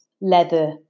leather